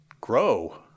grow